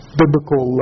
biblical